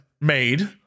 made